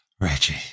Reggie